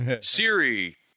siri